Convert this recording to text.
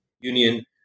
Union